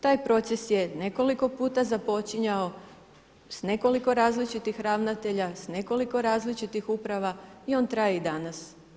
Taj proces je nekoliko puta započinjao, s nekoliko različitih ravnatelja, s nekoliko različitih uprava i on traje i danas.